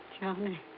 Johnny